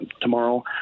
tomorrow